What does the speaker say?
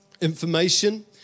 information